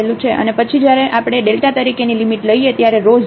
અને પછી જ્યારે આપણે તરીકેની લિમિટ લઈએ ત્યારે rho 0